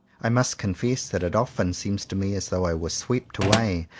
i must confess that it often seems to me as though i were swept away,